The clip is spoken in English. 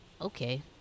okay